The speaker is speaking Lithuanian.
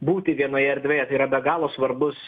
būti vienoje erdvėje tai yra be galo svarbus